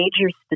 major